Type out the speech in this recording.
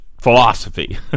philosophy